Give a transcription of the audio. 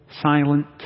silent